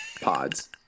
pods